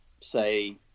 say